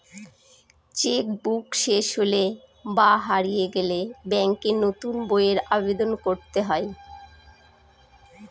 check book শেষ হলে বা হারিয়ে গেলে ব্যাঙ্কে নতুন বইয়ের আবেদন করতে হয়